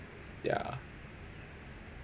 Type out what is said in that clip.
ya